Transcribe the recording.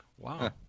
wow